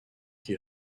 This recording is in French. qui